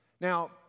Now